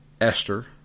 Esther